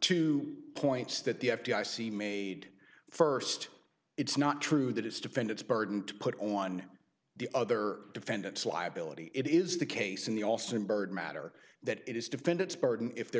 two points that the f d i c made first it's not true that it's defendants burden to put on the other defendants liability it is the case in the also in bird matter that it is defendant's burden if they're